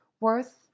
worth